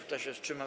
Kto się wstrzymał?